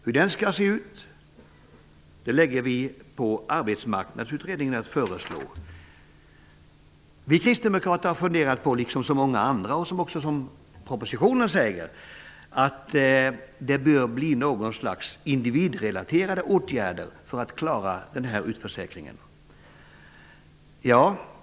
Hur denna skall se ut ålägger vi Arbetsmarknadsutredningen att föreslå. Vi kristdemokrater har liksom många andra funderat på, vilket också propositionen säger, att det bör bli något slags individrelaterade åtgärder om man skall klara utförsäkringen.